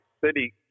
city